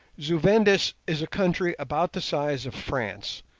zu-vendis is a country about the size of france,